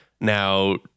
Now